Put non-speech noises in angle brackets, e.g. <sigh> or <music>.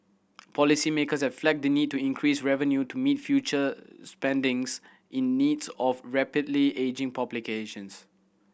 policymakers have flagged the need to increase revenue to meet future spending <unintelligible> in needs of rapidly ageing <unintelligible>